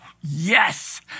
yes